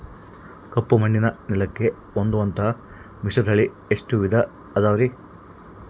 ಕಪ್ಪುಮಣ್ಣಿನ ನೆಲಕ್ಕೆ ಹೊಂದುವಂಥ ಮಿಶ್ರತಳಿ ಎಷ್ಟು ವಿಧ ಅದವರಿ?